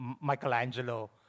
Michelangelo